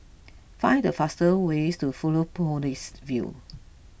find the fastest way to Fusionopolis View